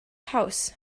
house